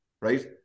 right